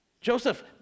Joseph